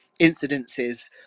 incidences